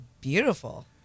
beautiful